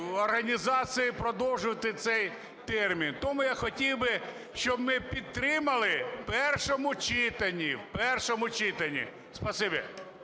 організації продовжувати цей термін. Тому я хотів би, щоб ми підтримали в першому читанні. Спасибі.